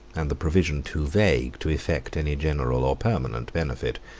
and the provision too vague, to effect any general or permanent benefit.